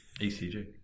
ECG